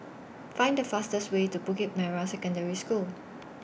Find The fastest Way to Bukit Merah Secondary School